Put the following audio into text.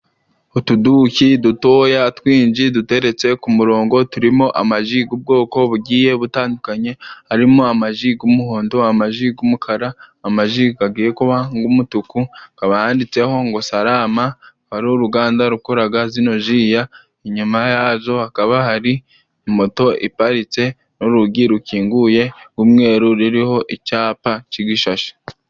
utuduki dutoya twinji duteretse ku murongo turimo amaji gubwoko bugiye butandukanye arimo amaji g'umuhondo, amaji g'umukara, amaji gagiye kuba nk'umutuku hakaba baditseho ngo sarama hari uruganda rukoraga zino ji. Inyuma yazo hakaba hari moto iparitse n' urugi rukinguye umweru ruriho icapa kigishashi.